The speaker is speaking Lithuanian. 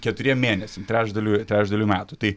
keturiem mėnesiam trečdaliui trečdaliui metų tai